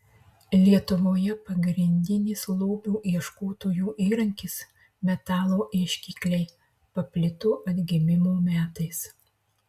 lietuvoje pagrindinis lobių ieškotojų įrankis metalo ieškikliai paplito atgimimo metais